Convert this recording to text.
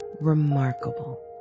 remarkable